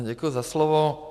Děkuji za slovo.